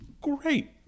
Great